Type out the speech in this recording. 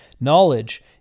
knowledge